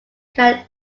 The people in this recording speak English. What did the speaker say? can